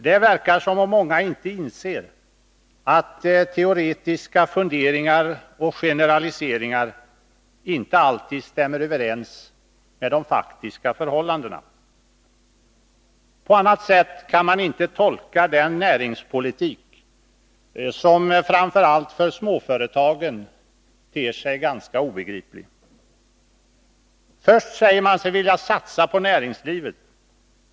Det verkar som om många inte inser att teoretiska funderingar och generaliseringar inte alltid stämmer överens med de faktiska förhållandena. På annat sätt kan inte. den näringspolitik tolkas som framför allt för småföretagen ter sig ganska obegriplig. Först säger man sig vilja satsa på näringslivet.